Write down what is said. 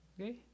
Okay